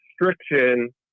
restriction